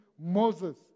Moses